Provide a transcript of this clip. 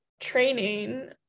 training